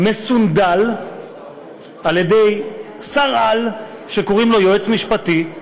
מסונדל על ידי שר-על, שקוראים לו "יועץ משפטי",